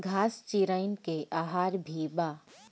घास चिरईन के आहार भी बा